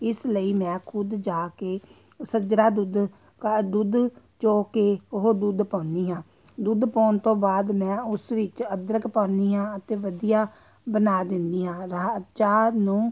ਇਸ ਲਈ ਮੈਂ ਖੁਦ ਜਾ ਕੇ ਸੱਜਰਾ ਦੁੱਧ ਕ ਦੁੱਧ ਚੋ ਕੇ ਉਹ ਦੁੱਧ ਪਾਉਂਦੀ ਹਾਂ ਦੁੱਧ ਪਾਉਣ ਤੋਂ ਬਾਅਦ ਮੈਂ ਉਸ ਵਿੱਚ ਅਦਰਕ ਪਾਉਂਦੀ ਹਾਂ ਅਤੇ ਵਧੀਆ ਬਣਾ ਦਿੰਦੀ ਹਾਂ ਚਾਹ ਨੂੰ